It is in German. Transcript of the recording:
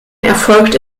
erfolgt